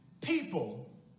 people